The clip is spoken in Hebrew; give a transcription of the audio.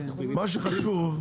מה שחשוב הוא